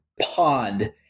Pond